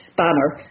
Banner